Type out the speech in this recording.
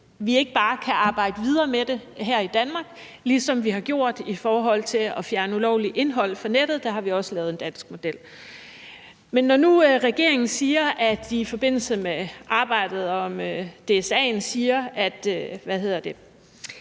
vi ikke bare kan arbejde videre med det her i Danmark, ligesom vi har gjort det i forhold til at fjerne ulovligt indhold fra nettet; der har vi også lavet en dansk model. Men når nu regeringen i forbindelse med arbejdet og DSA'en siger, at de støtter